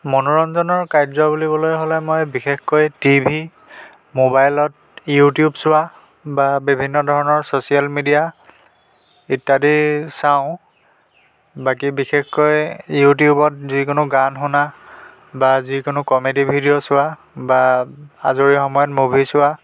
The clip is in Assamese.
মনোৰঞ্জনৰ কাৰ্য বুলিবলৈ হ'লে মই বিশেষকৈ টি ভি মোবাইলত ইউটিউব চোৱা বা বিভিন্ন ধৰণৰ চচিয়েল মিডিয়া ইত্যাদিৰ চাওঁ বাকী বিশেষকৈ ইউটিউবত যিকোনো গান শুনা বা যিকোনো কমেডি ভিডিঅ' চোৱা বা আজৰি সময়ত মুভি চোৱা